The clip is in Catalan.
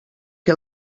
que